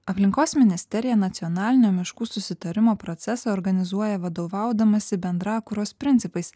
aplinkos ministerija nacionalinio miškų susitarimo procesą organizuoja vadovaudamasi bendrakūros principais